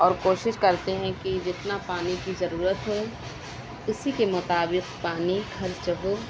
اور کوشش کرتے ہیں کہ جتنا پانی کی ضرورت ہو اسی کے مطابق پانی خرچ ہو